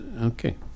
okay